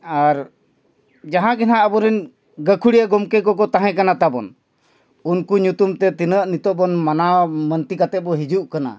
ᱟᱨ ᱡᱟᱦᱟᱸ ᱜᱮ ᱱᱟᱜ ᱟᱵᱚᱨᱮᱱ ᱜᱟᱠᱷᱩᱲᱤᱭᱟᱹ ᱜᱚᱢᱠᱮ ᱠᱚᱠᱚ ᱛᱟᱦᱮᱸ ᱠᱟᱱᱟ ᱛᱟᱵᱚᱱ ᱩᱱᱠᱩ ᱧᱩᱛᱩᱢᱛᱮ ᱛᱤᱱᱟᱹᱜ ᱱᱤᱛᱟᱹᱜ ᱵᱚᱱ ᱢᱟᱱᱟᱣ ᱢᱟᱱᱛᱤ ᱠᱟᱛᱮ ᱵᱚᱱ ᱦᱤᱡᱩᱜ ᱠᱟᱱᱟ